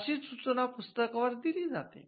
तशी सूचना पुस्तकांवर दिली जाते